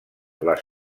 les